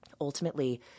ultimately